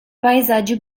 paesaggi